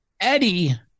Eddie